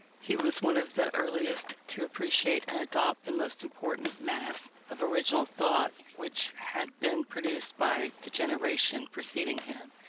he was one of the earliest to appreciate and adopt the most important mass of original thought which had been produced by the generation preceding him.